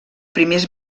primers